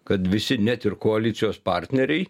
kad visi net ir koalicijos partneriai